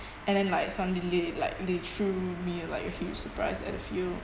and then like suddenly like they threw me like a huge surprise I feel